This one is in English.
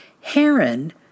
Heron